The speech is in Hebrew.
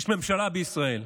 יש ממשלה בישראל.